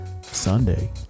sunday